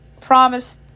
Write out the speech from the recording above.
Promise